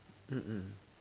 um um